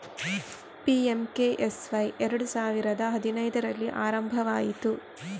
PMKSY ಎರಡು ಸಾವಿರದ ಹದಿನೈದರಲ್ಲಿ ಆರಂಭವಾಯಿತು